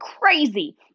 crazy